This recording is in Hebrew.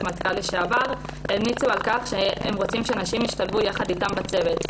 מטכ"ל לשעבר המליצו על כך שהם רוצים שנשים ישתלבו ביחד איתם בצוות.